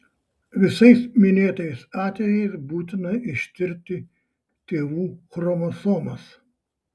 visais minėtais atvejais būtina ištirti tėvų chromosomas